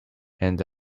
and